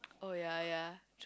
oh ya ya true